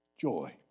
Joy